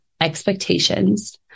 expectations